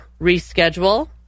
reschedule